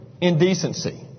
indecency